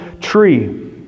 tree